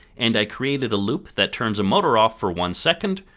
and i created a loop that turns a motor off for one second,